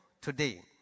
today